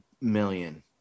million